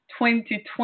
2020